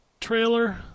trailer